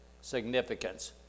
significance